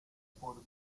por